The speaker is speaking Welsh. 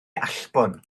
allbwn